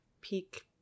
peak